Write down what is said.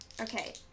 okay